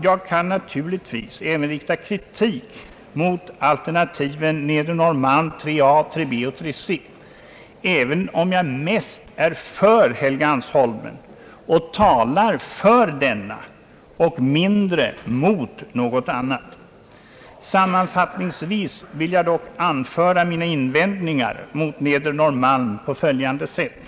Jag kan naturligtvis även rikta kritik mot alternativet Nedre Norrmalm med underalternativen 3 a, 3 b och 3 c, även om jag mest är för Helgeandsholmen och talar för detta alternativ och mindre mot något annat. Sammanfattningsvis vill jag dock an föra mina invändningar mot Nedre Norrmalm på följande sätt.